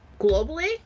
globally